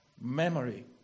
memory